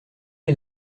est